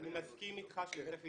אני מסכים איתך שצריך להסתכל,